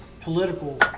political